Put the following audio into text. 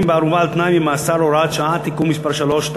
בערובה ומשוחררים על-תנאי ממאסר (הוראת שעה) (תיקון מס' 3),